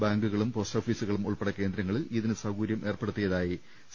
ബാങ്കുകളും പോസ്റ്റ് ഓഫീസു കളും ഉൾപ്പെടെ കേന്ദ്രങ്ങളിൽ ഇതിന് സൌകര്യം ഏർപ്പെ ടുത്തിയതായി സി